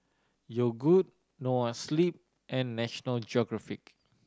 Yogood Noa Sleep and National Geographic